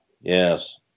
Yes